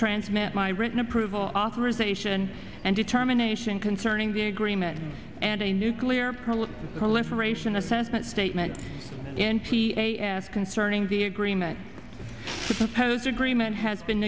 transmit my written approval authorization and determination concerning the agreement and a nuclear proliferation assessment statement in p a s concerning the agreement which supposed agreement has been